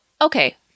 okay